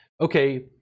Okay